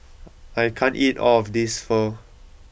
I can't eat all of this Pho